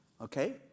okay